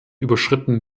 überschritten